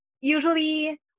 usually